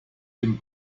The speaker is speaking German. dem